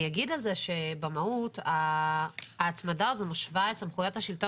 אני אגיד על זה שבמהות ההצמדה הזו משווה את סמכויות השלטון